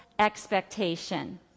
expectation